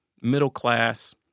middle-class